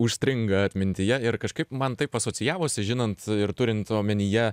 užstringa atmintyje ir kažkaip man taip asocijavosi žinant ir turint omenyje